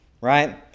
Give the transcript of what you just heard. Right